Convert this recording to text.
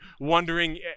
wondering